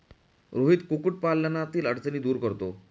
रोहित कुक्कुटपालनातील अडचणी दूर करतो